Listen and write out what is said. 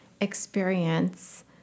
experience